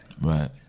right